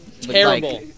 terrible